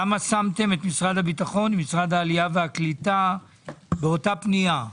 למה שמתם את משרד הביטחון ומשרד העלייה והקליטה באותה פנייה?